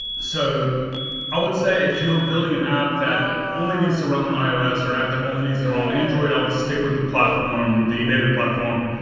so i would say if you're building an app that only needs to run on ios or an app that only needs to run on android, i would stick with the platform, the native platform.